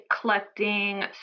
collecting